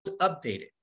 updated